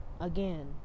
again